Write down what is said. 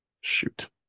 Shoot